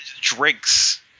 drinks